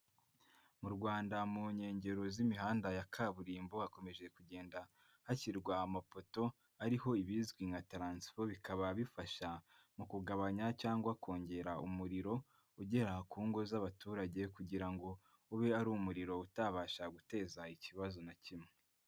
Mu Rwanda mu nkengero z'imihanda ya kaburimbo hakomeje kugenda hashyirwa amapoto ariho ibizwi nka taransifo bikaba bifasha mu kugabanya cyangwa kongera umuriro ugera ku ngo z'abaturage kugira ngo ube ari umuriro utabasha guteza ikibazo na kimwe.